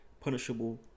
punishable